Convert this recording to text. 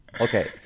Okay